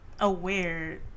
aware